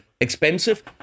expensive